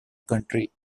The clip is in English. country